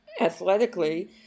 Athletically